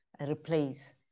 replace